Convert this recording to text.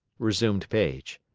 resumed paige,